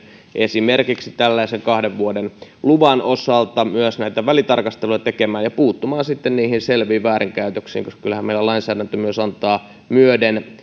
esimerkiksi tällaisen kahden vuoden luvan osalta myös näitä välitarkasteluja tekemään ja puuttumaan selviin väärinkäytöksiin koska kyllähän meillä lainsäädäntö antaa myöden